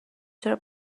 چرا